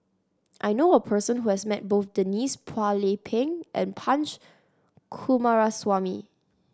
I knew a person who has met both Denise Phua Lay Peng and Punch Coomaraswamy